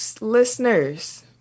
listeners